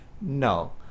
No